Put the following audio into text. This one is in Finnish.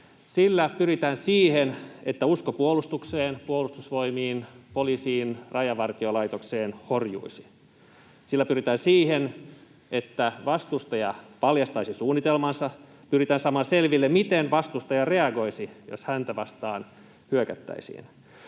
Sillä pyritään siihen, että usko puolustukseen, Puolustusvoimiin, poliisiin, Rajavartiolaitokseen horjuisi. Sillä pyritään siihen, että vastustaja paljastaisi suunnitelmansa, pyritään saamaan selville, miten vastustaja reagoisi, jos häntä vastaan hyökättäisiin.